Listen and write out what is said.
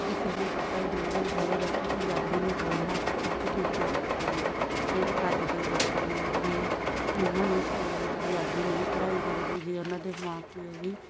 ਕਿਸੇ ਨੂੰ ਪਤਾ ਹੀ ਨਹੀਂ ਹੋਏਗਾ ਕਿ ਪੰਜਾਬੀ ਨੂੰ ਬੋਲਣਾ ਕਿੱਦਾਂ ਅਤੇ ਲਿਖਣਾ ਕਿਸ ਤਰ੍ਹਾਂ ਹੈ ਜਿਹੜੇ ਅੱਜ ਦੇ ਬੱਚੇ ਨੇ ਜੇ ਉਹਨਾਂ ਨੂੰ ਸਕੂਲ ਵਿੱਚ ਪੰਜਾਬੀ ਨਹੀਂ ਪੜ੍ਹਾਈ ਜਾਂਦੀ ਜੇ ਉਹਨਾਂ ਦੇ ਮਾਂ ਪਿਉ ਵੀ